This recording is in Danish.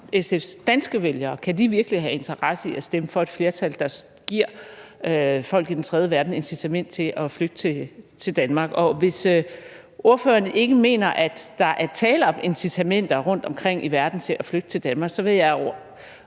SF's danske vælgere virkelig have en interesse i at stemme for et forslag, der giver folk i den tredje verden et incitament til at flygte til Danmark? Og hvis ordføreren ikke mener, at der er tale om incitamenter rundtomkring i verden til at flygte til Danmark, så vil jeg jo